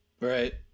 Right